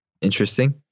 Interesting